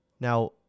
Now